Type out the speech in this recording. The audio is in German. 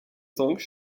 songs